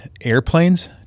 airplanes